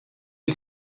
ele